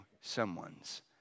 someone's